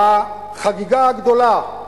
בחגיגה הגדולה,